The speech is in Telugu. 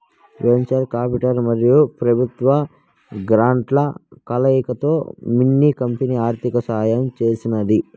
వెంచర్ కాపిటల్ మరియు పెబుత్వ గ్రాంట్ల కలయికతో మిన్ని కంపెనీ ఆర్థిక సహాయం చేసినాది